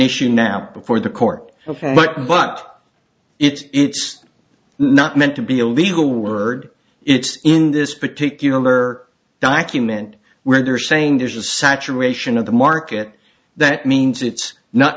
issue now before the court but but it's it's not meant to be a legal word it's in this particular document where they're saying there's a saturation of the market that means it's not